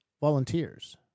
volunteers